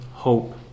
hope